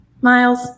Miles